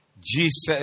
Jesus